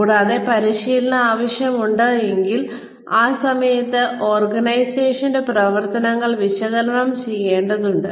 കൂടാതെ പരിശീലന ആവശ്യമുണ്ടെങ്കിൽ ആ സമയത്ത് ഓർഗനൈസേഷന്റെ പ്രവർത്തനങ്ങൾ വിശകലനം ചെയ്യേണ്ടതുണ്ട്